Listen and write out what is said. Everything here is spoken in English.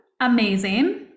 amazing